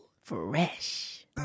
fresh